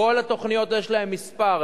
לכל התוכניות יש מספר.